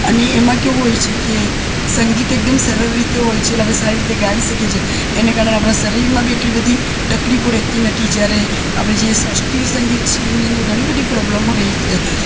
અને એમાં કેવું હોય છે કે સંગીત એકદમ સરળ રીતે હોય છે એટલે આપણે સારી રીતે ગાઈ શકીએ છીએ એને કારણે આપણા શરીરમાં બી એટલી બધી તકલીફો રહેતી નથી જ્યારે આપણે જે શાસ્ત્રીય સંગીત છે એની અંદર ઘણી બધી પ્રોબ્લમો રહી છે